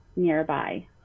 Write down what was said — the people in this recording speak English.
Nearby